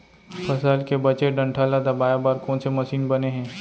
फसल के बचे डंठल ल दबाये बर कोन से मशीन बने हे?